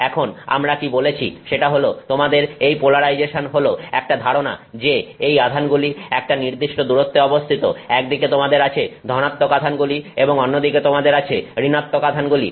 এখন আমরা কি বলছি সেটা হলো তোমাদের এই পোলারাইজেশন হল একটা ধারণা যে এই আধানগুলি একটা নির্দিষ্ট দূরত্বে অবস্থিত একদিকে তোমাদের আছে ধনাত্মক আধানগুলি এবং অন্যদিকে তোমাদের আছে ঋণাত্মক আধানগুলি